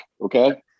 okay